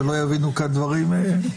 שלא יבינו כאן דברים אחרים,